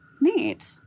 Neat